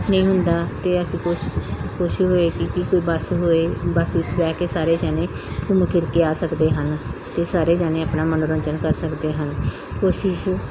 ਨਹੀਂ ਹੁੰਦਾ ਅਤੇ ਅਸੀਂ ਕੋਸ਼ਿਸ਼ ਕੋਸ਼ਿਸ਼ ਹੋਏਗੀ ਕਿ ਕੋਈ ਬੱਸ ਹੋਏ ਬੱਸ ਵਿੱਚ ਬਹਿ ਕੇ ਸਾਰੇ ਜਣੇ ਘੁੰਮ ਫਿਰ ਕੇ ਆ ਸਕਦੇ ਹਨ ਅਤੇ ਸਾਰੇ ਜਣੇ ਆਪਣਾ ਮਨੋਰੰਜਨ ਕਰ ਸਕਦੇ ਹਨ ਕੋਸ਼ਿਸ਼